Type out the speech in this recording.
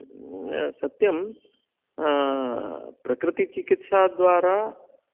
सत्यं प्रकृतिचिकित्सा द्वारा